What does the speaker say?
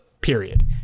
period